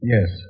Yes